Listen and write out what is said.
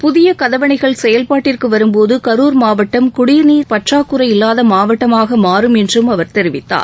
புதிய கதவணைகள் செயல்பாட்டிற்கு வரும்போது கரூர் மாவட்டம் குடிநீர் பற்றாக்குறை இல்லாத மாவட்டமாக மாறும் என்றும் அவர் தெரிவித்தார்